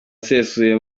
usesuye